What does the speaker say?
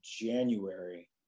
January